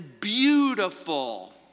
beautiful